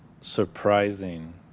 surprising